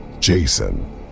Jason